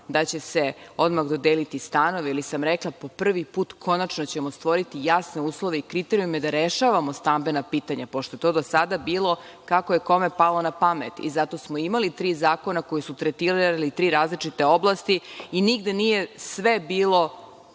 da će se odmah dodeliti stanovi, ali sam rekla – po prvi put konačno ćemo stvoriti jasne uslove i kriterijume da rešavamo stambena pitanja, pošto je to do sada bilo kako je kome palo na pamet. Zato smo i imali tri zakona koja su tretirala tri različite oblasti i nigde nije sve bilo